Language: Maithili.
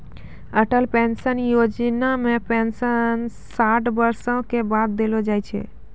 अटल पेंशन योजना मे पेंशन साठ बरसो के बाद देलो जाय छै